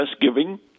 Giving